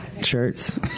shirts